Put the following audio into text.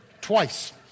Twice